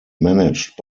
managed